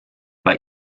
bei